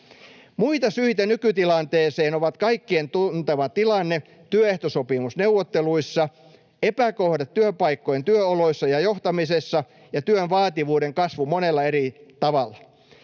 Muita syitä nykytilanteeseen ovat kaikkien tuntema tilanne työehtosopimusneuvotteluissa, epäkohdat työpaikkojen työoloissa ja johtamisessa ja työn vaativuuden kasvu monella eri tavalla.